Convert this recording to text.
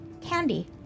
candy